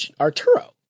Arturo